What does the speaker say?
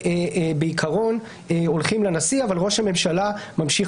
בעיקרון הולכים לנשיא אבל ראש הממשלה ממשיך